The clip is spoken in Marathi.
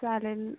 चालेल